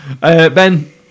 Ben